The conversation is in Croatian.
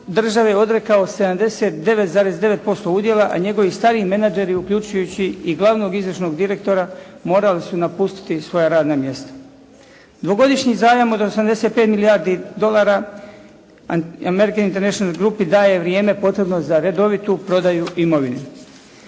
države odrekao 79,9% udjela, a njegovi stariji menadžeri, uključujući i glavnog izvršnog direktora morali su napustiti svoja radna mjesta. Dvogodišnji zajam od 85 milijardi dolara "American international group-i" daje vrijeme potrebno za redovitu prodaju imovine.